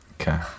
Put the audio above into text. Okay